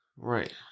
Right